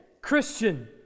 Christian